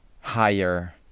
higher